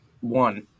one